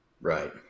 Right